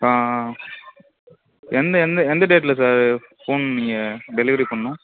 ஆ ஆ எந்த எந்த எந்த டேட்டில் சார் ஃபோன் நீங்கள் டெலிவரி பண்ணணும்